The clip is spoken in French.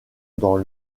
dans